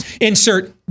insert